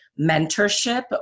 mentorship